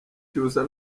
cyusa